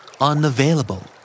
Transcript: Unavailable